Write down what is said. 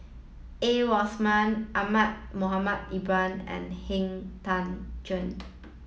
A Ramli Ahmad Mohamed Ibrahim and Han Tan Juan